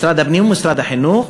משרד הפנים ומשרד החינוך.